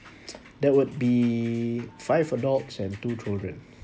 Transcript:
that will be five adults and two children